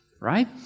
Right